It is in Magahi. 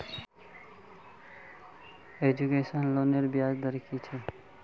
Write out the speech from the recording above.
एजुकेशन लोनेर ब्याज दर कि छे?